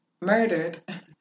murdered